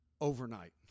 overnight